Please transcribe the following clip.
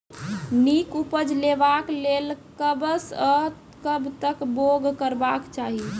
नीक उपज लेवाक लेल कबसअ कब तक बौग करबाक चाही?